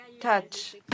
touch